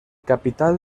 capital